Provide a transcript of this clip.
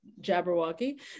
Jabberwocky